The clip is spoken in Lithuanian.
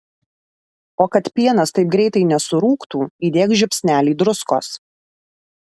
o kad pienas taip greitai nesurūgtų įdėk žiupsnelį druskos